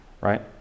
right